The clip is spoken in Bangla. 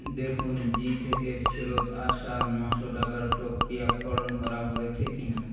দেখুন জী থেকে ফেরত আসা নশো টাকার প্রক্রিয়াকরণ করা হয়েছে কিনা